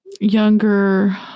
younger